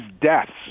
deaths